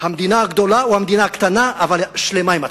המדינה הגדולה או מדינה קטנה אבל שלמה עם עצמה.